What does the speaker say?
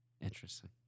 Interesting